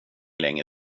länge